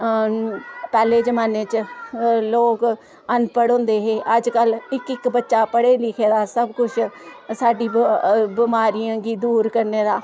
हां पह्लें जमाने च लोक अनपढ होंदे हे अजकल्ल इक इक बच्चा पढ़े लिक्खे दा सब कुछ साढ़ी बमारी गी दूर करने दा